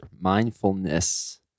mindfulness